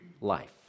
life